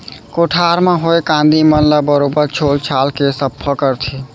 कोठार म होए कांदी मन ल बरोबर छोल छाल के सफ्फा करथे